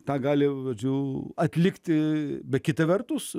tą gali žodžiu atlikti bet kita vertus